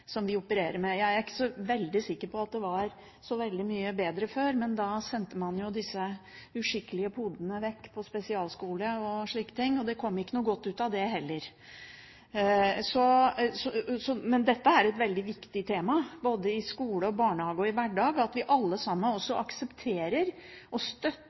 som oppstår. Flere har snakket om det veldig smale normalitetsbegrepet som vi opererer med. Jeg er ikke så sikker på at det var så veldig mye bedre før, men da sendte man disse uskikkelige podene vekk på spesialskoler og slikt, og det kom ikke noe godt ut av det heller. Det er et veldig viktig tema i både skole, barnehage og hverdag at vi alle sammen aksepterer og